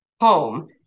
home